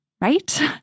right